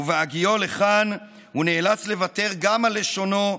ובהגיעו לכאן הוא נאלץ לוותר גם על לשונו,